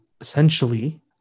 essentially